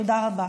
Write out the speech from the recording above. תודה רבה.